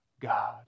God